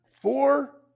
four